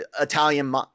italian